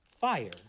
fire